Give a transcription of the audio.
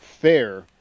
fair